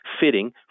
Fitting